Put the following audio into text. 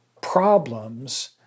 problems